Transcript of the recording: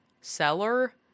seller